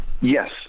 Yes